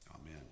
Amen